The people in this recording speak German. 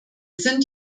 sind